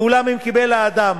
ואולם, אם קיבל האדם